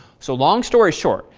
so long story short,